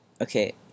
Okay